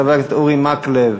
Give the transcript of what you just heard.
חבר הכנסת אורי מקלב,